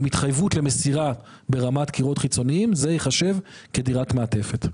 עם התחייבות למסירה ברמת קירות חיצוניים זה ייחשב כדירת מעטפת.